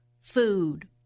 food